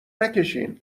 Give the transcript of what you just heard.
نکشینالان